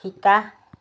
শিকা